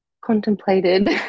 contemplated